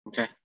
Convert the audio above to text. Okay